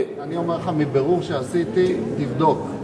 אני אומר לך, מבירור שעשיתי, תבדוק.